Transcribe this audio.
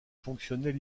fonctionnait